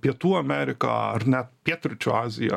pietų amerika ar ne pietryčių azija